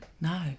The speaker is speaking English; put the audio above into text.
No